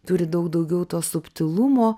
turi daug daugiau to subtilumo